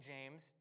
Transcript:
James